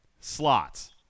slots